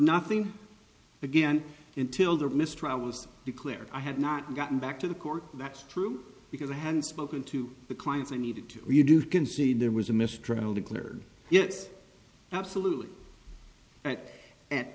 nothing again until the mistrial was declared i had not gotten back to the court that's true because i hadn't spoken to the clients i needed to we do concede there was a mistrial declared yes absolutely at at